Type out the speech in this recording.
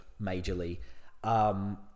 majorly